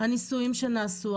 הניסויים שנעשו,